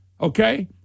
okay